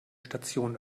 station